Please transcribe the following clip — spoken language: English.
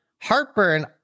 Heartburn